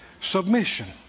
submission